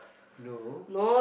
no